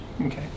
okay